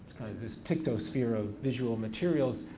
this pictosphere of visual materials,